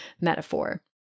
metaphor